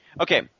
Okay